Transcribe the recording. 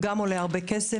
הוא גם עולה הרבה כסף,